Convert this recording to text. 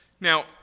Now